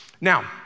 Now